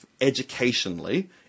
educationally